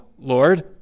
Lord